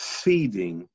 feeding